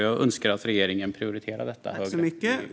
Jag önskar att regeringen prioriterar detta högre i EU.